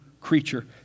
creature